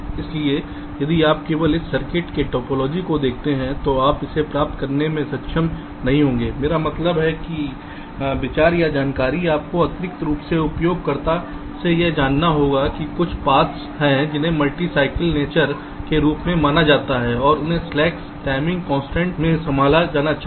इसलिए यदि आप केवल इस सर्किट के टोपोलॉजी को देखते हैं तो आप इसे प्राप्त करने में सक्षम नहीं होंगे मेरा मतलब है कि विचार या जानकारी आपको अतिरिक्त रूप से उपयोगकर्ता से यह जानना होगा कि कुछ पाथ्स हैं जिन्हें मल्टी साइकिल नेचर के रूप में माना जाता है और उन्हें रिलैक्स टाइमिंग कॉन्सट्रेंट्स से संभाला जाना चाहिए